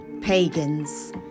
pagans